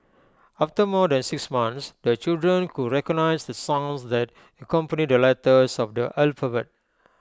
after more than six months the children could recognise the sounds that accompany the letters of the alphabet